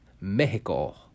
mexico